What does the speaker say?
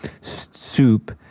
soup